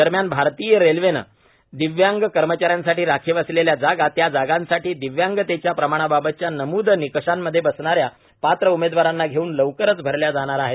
दरम्यान भारतीय रेल्वेत दिव्यांग कर्मचाऱ्यांसाठी राखीव असलेल्या जागा त्या जागांसाठी दिव्यांगतेच्या प्रमाणाबाबतच्या नमूद निकषांमध्ये बसणाऱ्या पात्र उमेदवारांना घेऊन लवकरच भरल्या जाणार आहेत